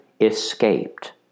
escaped